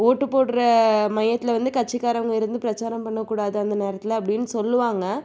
ஓட்டுப் போடுற மையத்தில் வந்து கட்சிக்காரங்க இருந்து பிரச்சாரம் பண்ணக்கூடாது அந்த நேரத்தில் அப்படின்னு சொல்லுவாங்க